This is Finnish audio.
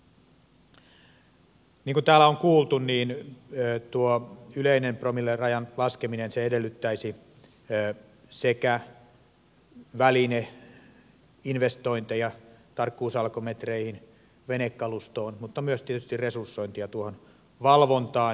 niin kun täällä on kuultu tuo yleinen promillerajan laskeminen edellyttäisi sekä välineinvestointeja tarkkuusalkometreihin venekalustoon että myös tietysti resursointia tuohon valvontaan